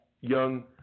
young